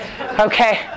Okay